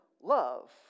love